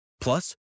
Plus